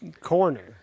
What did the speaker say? corner